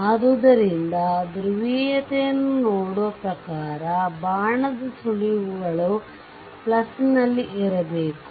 ಆದ್ದರಿಂದ ಧ್ರುವೀಯತೆಯನ್ನು ನೋಡುವ ಪ್ರಕಾರ ಬಾಣದ ಸುಳಿವುಗಳು ಪ್ಲಸ್ ನಲ್ಲಿರಬೇಕು